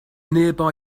nearby